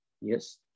Yes